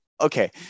okay